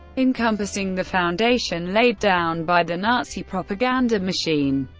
encompassing the foundation laid down by the nazi propaganda machine.